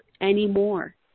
anymore